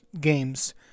games